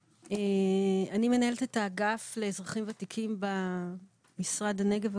אני מנהלת את האגף לאזרחים ותיקים במשרד הנגב,